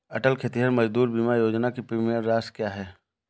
अटल खेतिहर मजदूर बीमा योजना की प्रीमियम राशि क्या है?